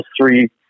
three